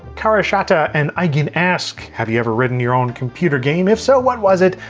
karashata and eigen ask, have you ever written your own computer game? if so, what was it?